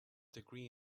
degree